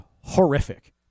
horrific